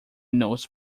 notes